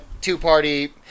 two-party